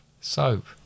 Soap